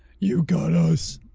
you got us!